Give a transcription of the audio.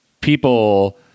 people